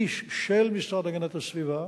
איש של המשרד להגנת הסביבה